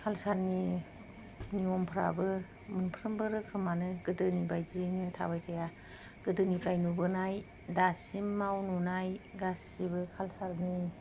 कालचारनि नियमफ्राबो मोनफ्रोमबो रोखोमानो गोदोनि बायदियैनो थाबाय थाया गोदोनिफ्राय नुबोनाय दासिमाव नुनाय गासिबो कालचारनि